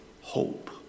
hope